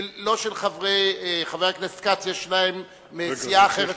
לא של חבר הכנסת כץ אלא מסיעה אחרת.